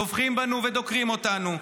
טובחים בנו ודוקרים אותנו,